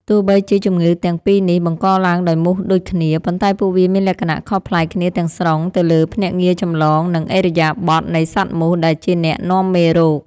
ទោះបីជាជំងឺទាំងពីរនេះបង្កឡើងដោយមូសដូចគ្នា ប៉ុន្តែពួកវាមានលក្ខណៈខុសប្លែកគ្នាទាំងស្រុងទៅលើភ្នាក់ងារចម្លង និងឥរិយាបថនៃសត្វមូសដែលជាអ្នកនាំមេរោគ។